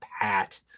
pat